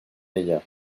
ella